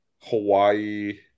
Hawaii